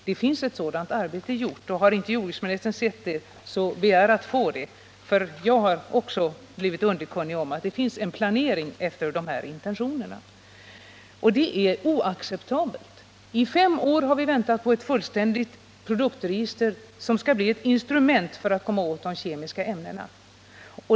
Det finns ett sådant arbete gjort, och har jordbruksministern inte sett det, så begär att få det, herr jordbruksminister, för jag har också blivit underkunnig om att det finns en planering efter de här intentionerna! Det är oacceptabelt som det nu är. I fem år har vi väntat på ett fullständigt produktregister som skall bli ett instrument för att komma åt de kemiska ämnena.